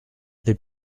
les